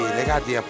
legati